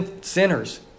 sinners